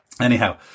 Anyhow